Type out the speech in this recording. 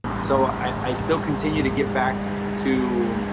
so i still continue to give back to,